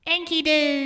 Enkidu